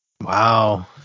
Wow